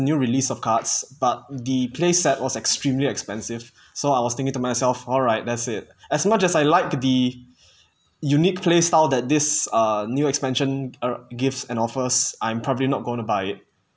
new release of cards but the place set was extremely expensive so I was thinking to myself all right that's it as much as I like the unique play style that this uh new expansion or gifts and offers I'm probably not going to buy it